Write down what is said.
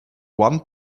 one